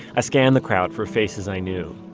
i scanned the crowd for faces i knew.